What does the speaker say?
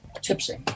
tipsy